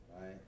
Right